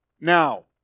Now